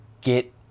get